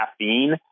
caffeine